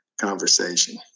conversation